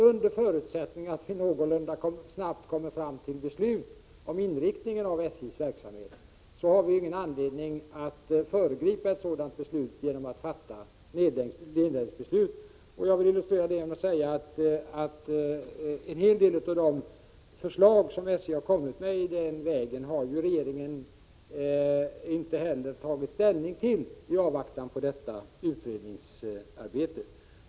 Under förutsättning att vi någorlunda snabbt kommer fram till beslut om inriktningen av SJ:s verksamhet finns det ingen anledning att föregripa ett sådant beslut genom att fatta nedläggningsbeslut. Jag vill illustrera det med att säga att regeringen inte heller har tagit ställning till en hel del av de förslag i den vägen som SJ har kommit med, i avvaktan på utredningsarbetet.